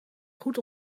goed